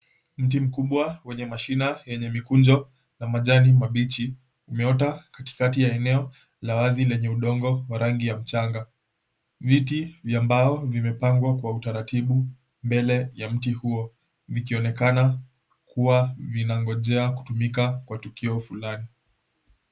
Mti mkubwa wenye mashina, yenye mikunjo na majani mabichi. Umeota katikati ya eneo la wazi, lenye udongo wa rangi ya mchanga. Viti vya mbao vimepangwa kwa utaratibu mbele ya mti huo, vikionekana kuwa vinangojea kutumika kwa tukio fulani.